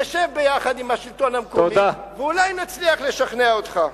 נשב ביחד עם השלטון המקומי ואולי נצליח לשכנע אותך.